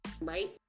right